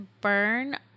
Burn